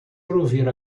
ouvir